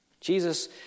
Jesus